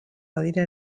badira